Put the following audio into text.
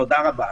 תודה רבה.